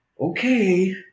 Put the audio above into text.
Okay